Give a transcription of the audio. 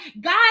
God